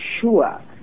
sure